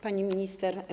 Pani Minister!